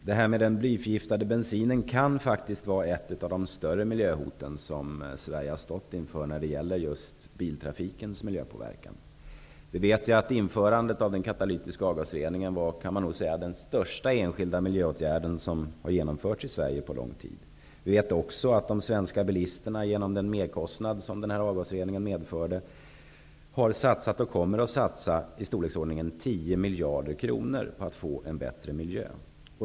Fru talman! Den blyförgiftade bensinen kan faktiskt vara ett av de större miljöhoten som Sverige har stått inför när det gäller just biltrafikens miljöpåverkan. Vi vet att införandet av den katalytiska avgasreningen var den största enskilda miljöåtgärden som har vidtagits i Sverige på lång tid. Vi vet också att de svenska bilisterna genom den merkostnad som denna avgasrening medför har satsat och kommer att satsa i storleksordningen 10 miljarder kronor på att få en bättre miljö.